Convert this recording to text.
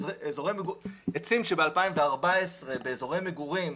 עצים שבשנת 2014 באזורי מגורים,